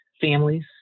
families